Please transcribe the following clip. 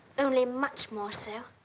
only much more so.